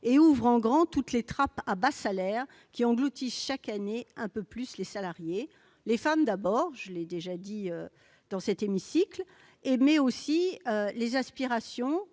et ouvre en grand toutes les « trappes à bas salaires » qui engloutissent chaque année un peu plus les salariés, les femmes d'abord- je l'ai déjà dit dans cet hémicycle -, les aspirations